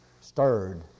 stirred